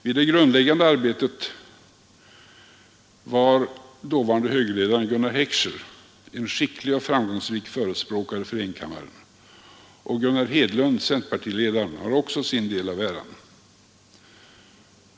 Vid det grundläggande arbetet var dåvarande högerledaren Gunnar Heckscher en skicklig och framgångsrik förespråkare för enkammaren, och Gunnar Hedlund, centerpartiledaren, tillkommer också en del av äran.